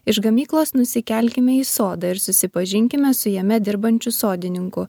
iš gamyklos nusikelkime į sodą ir susipažinkime su jame dirbančiu sodininku